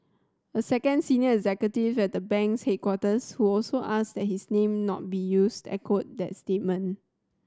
a second senior executive at the bank's headquarters who also asked his name not be used echoed that sentiment